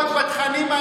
הן חברות פרטיות.